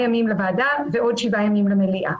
ימים לוועדה ועוד שבעה ימים למליאה.